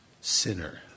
sinner